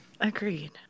Agreed